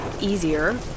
easier